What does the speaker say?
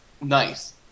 nice